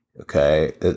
Okay